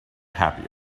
happy